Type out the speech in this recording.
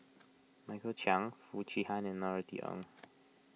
Michael Chiang Foo Chee Han and Norothy Ng